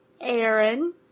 Aaron